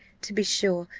to be sure,